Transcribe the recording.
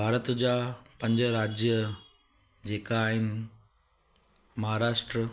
भारत जा पंज राज्य जेका आहिनि महाराष्ट्र